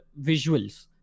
visuals